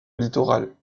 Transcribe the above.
littoral